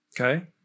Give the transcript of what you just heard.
Okay